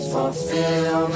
Fulfill